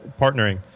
partnering